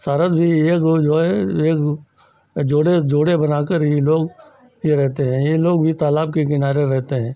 सारस भी एक वह जो है एक जोड़े जोड़े बनाकर यह लोग यह रहते हैं यह लोग भी तालाब के किनारे रहते हैं